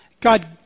God